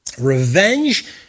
Revenge